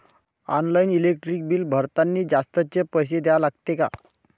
Online electric bill भरतानी जास्तचे पैसे द्या लागते का?